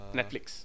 Netflix